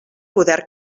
poder